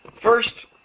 first